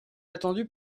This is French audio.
attendu